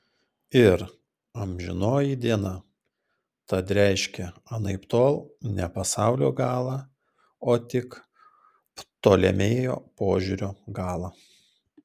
ir amžinoji diena tad reiškia anaiptol ne pasaulio galą o tik ptolemėjo požiūrio galą